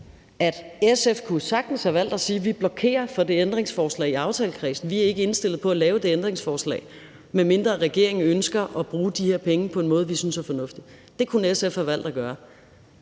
at SF jo sagtens kunne have valgt at sige, at de blokerede for det ændringsforslag i aftalekredsen, og at de ikke var indstillet på at lave det ændringsforslag, medmindre regeringen ønskede at bruge de her penge på en måde, de synes var fornuftig. Det kunne SF have valgt at gøre,